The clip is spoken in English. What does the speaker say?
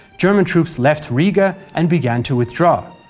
german troops left riga and began to withdraw.